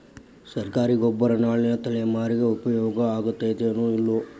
ಸರ್ಕಾರಿ ಗೊಬ್ಬರ ನಾಳಿನ ತಲೆಮಾರಿಗೆ ಉಪಯೋಗ ಆಗತೈತೋ, ಇಲ್ಲೋ?